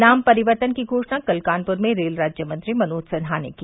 नाम परिवर्तन की घोषणा कल कानपुर में रेल राज्यमंत्री मनोज सिन्हा ने की